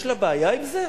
יש לה בעיה עם זה?